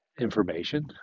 information